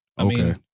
Okay